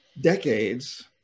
decades